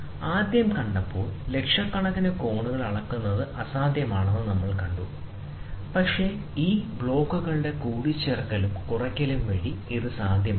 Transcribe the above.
ആദ്യം കണ്ടപ്പോൾ ബ്ലോക്കുകളുള്ള ലക്ഷക്കണക്കിന് കോണുകൾ അളക്കുന്നത് അസാധ്യമാണ് പക്ഷേ ഈ ബ്ലോക്കുകളുടെ കൂട്ടിച്ചേർക്കലും കുറയ്ക്കലും വഴി ഇത് സാധ്യമാകാം